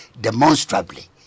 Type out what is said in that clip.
demonstrably